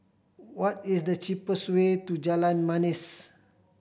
what is the cheapest way to Jalan Manis